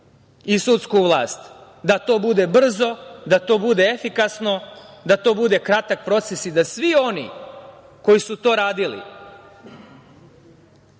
i sudsku vlast da to bude brzo, da to bude efikasno, da to bude kratak proces i da svi oni koji su to radili